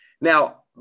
Now